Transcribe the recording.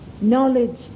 Knowledge